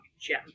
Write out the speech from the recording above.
gem